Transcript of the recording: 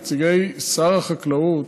נציגי שר החקלאות,